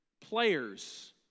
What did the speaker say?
players